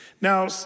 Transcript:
Now